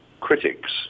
critics